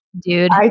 Dude